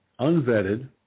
Unvetted